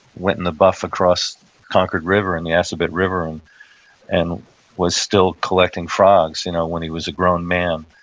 went in the buff across concord river and the assabet river um and was still collecting frogs you know when he was a grown man.